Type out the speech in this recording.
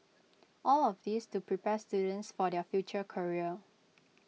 all of this to prepare students for their future career